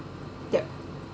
yup